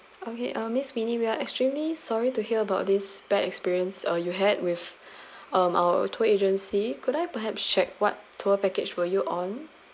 okay uh miss we mean we are extremely sorry to hear about this bad experience uh you had with um our tour agency could I perhaps check what tour package were you on